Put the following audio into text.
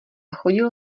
chodil